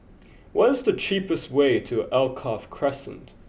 what is the cheapest way to Alkaff Crescent